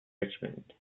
richmond